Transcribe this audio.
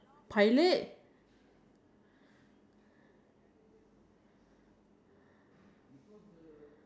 um I think I think you're done I think uh ya I think I cannot understand what you are trying to say